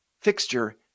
fixture